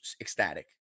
ecstatic